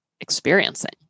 experiencing